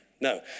No